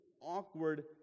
awkward